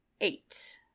eight